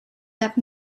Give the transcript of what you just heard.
that